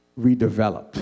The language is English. redeveloped